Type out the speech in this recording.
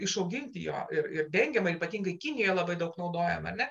išauginti jo ir ir dengiama ypatingai kinija labai daug naudojam ar ne